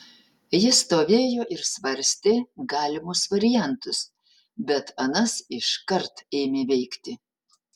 jis stovėjo ir svarstė galimus variantus bet anas iškart ėmė veikti